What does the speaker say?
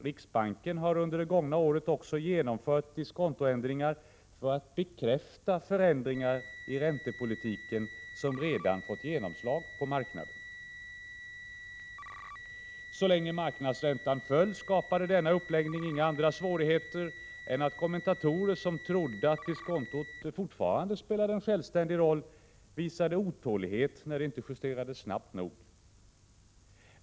Riksbanken har under det gångna året också genomfört diskontoändringar för att bekräfta förändringar i räntepolitiken som redan fått genomslag på marknaden. Så länge marknadsräntan föll skapade denna uppläggning inga andra svårigheter än att kommentatorer som trodde att diskontot fortfarande spelade en självständig roll visade otålighet när det inte justerades snabbt nog.